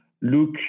look